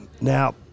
Now